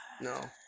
No